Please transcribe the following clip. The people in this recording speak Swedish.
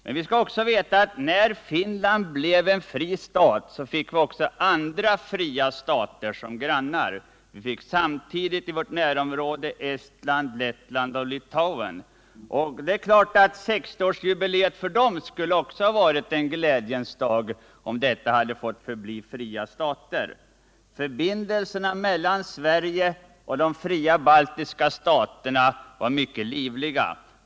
Men vi skall också veta att när Finland blev en fri stat fick vi även andra fria stater som grannar. Vi fick samtidigt i vårt närområde Estland, Lettland och Litauen. Det är klart att 60-årsminnet också för dem skulle ha varit en glädjens dag — om de fått förbli fria stater. Förbindelserna mellan Sverige och de fria baltiska staterna var mycket livliga.